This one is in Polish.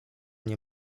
nią